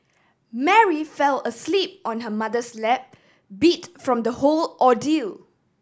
Mary fell asleep on her mother's lap beat from the whole ordeal